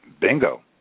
bingo